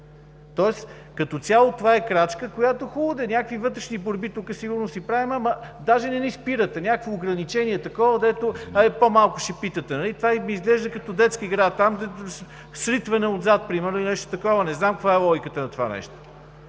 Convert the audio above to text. Тоест като цяло това е крачка, която, хубаво де, някакви вътрешни борби тука сигурно си правим, ама даже не ни спирате, някакво ограничение такова, дето е: абе, по-малко ще питате. Това изглежда като детска игра, сритване отзад примерно или нещо такова, не знам, това е логиката на това нещо.